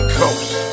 coast